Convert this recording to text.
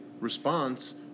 response